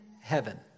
heaven